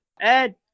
Ed